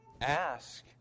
ask